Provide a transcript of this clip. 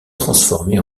transformés